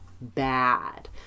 bad